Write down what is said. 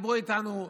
דיברו איתנו,